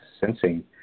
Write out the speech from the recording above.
sensing